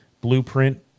blueprint